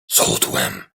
schudłem